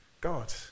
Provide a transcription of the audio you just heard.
God